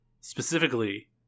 specifically